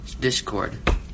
Discord